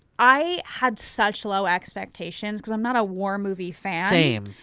i had such low expectations, cause i'm not a war movie fan. same.